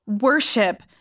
worship